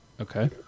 Okay